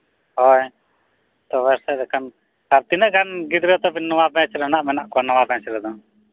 ᱦᱳᱭ ᱛᱚᱵᱮ ᱥᱮ ᱮᱱᱮ ᱠᱷᱟᱱ ᱟᱨ ᱛᱤᱱᱟᱹᱜ ᱜᱟᱱ ᱜᱤᱫᱽᱨᱟᱹ ᱛᱟᱵᱮᱱ ᱱᱚᱣᱟ ᱵᱮᱪᱨᱮᱦᱟᱸᱜ ᱢᱮᱱᱟᱜ ᱠᱚᱣᱟ ᱱᱟᱣᱟ ᱵᱮᱪᱨᱮᱫᱚ